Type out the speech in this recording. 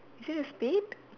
is there a spade